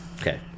Okay